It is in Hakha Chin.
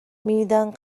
midang